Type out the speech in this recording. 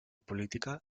política